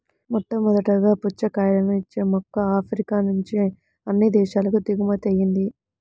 మొట్టమొదటగా పుచ్చకాయలను ఇచ్చే మొక్క ఆఫ్రికా నుంచి అన్ని దేశాలకు దిగుమతి అయ్యింది